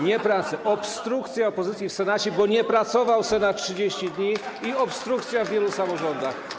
Nie prace, obstrukcja opozycji w Senacie, bo Senat nie pracował 30 dni, i obstrukcja w wielu samorządach.